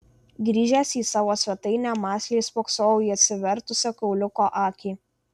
grįžęs į savo svetainę mąsliai spoksojau į atsivertusią kauliuko akį